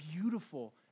beautiful